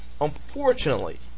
unfortunately